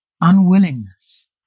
unwillingness